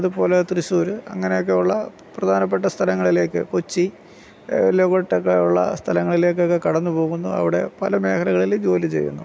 അതുപോലെ തൃശൂര് അങ്ങനെയൊക്കെയുള്ള പ്രധാനപ്പെട്ട സ്ഥലങ്ങളിലേക്ക് കൊച്ചി അങ്ങോട്ടൊക്കെ ഉള്ള സ്ഥലങ്ങളിലേക്കൊക്കെ കടന്നുപോകുന്നു അവിടെ പല മേഖലകളിലും ജോലി ചെയ്യുന്നു